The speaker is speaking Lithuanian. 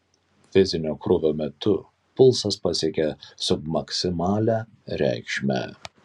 fizinio krūvio metu pulsas pasiekė submaksimalią reikšmę